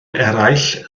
eraill